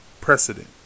precedent